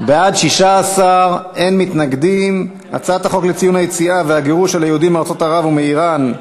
יום לציון היציאה והגירוש של היהודים מארצות ערב ומאיראן,